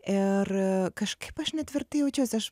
ir kažkaip aš netvirtai jaučiausi aš